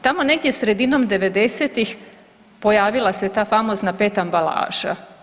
Tamo negdje sredinom 90-ih pojavila se ta famozna PET ambalaža.